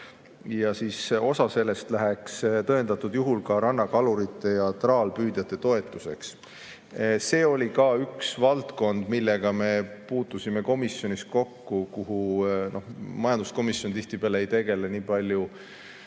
eurot. Osa sellest läheks tõendatud juhul ka rannakalurite ja traalpüüdjate toetuseks. See oli ka üks valdkond, millega me puutusime komisjonis kokku. Majanduskomisjon tihtipeale ei tegele nii palju,